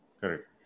Correct